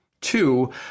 Two